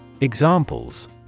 Examples